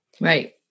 Right